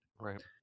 right